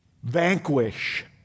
vanquish